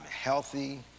healthy